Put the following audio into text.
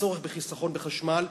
בצורך בחיסכון בחשמל,